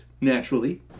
naturally